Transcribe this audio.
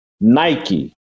Nike